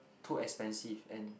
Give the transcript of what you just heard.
too expensive and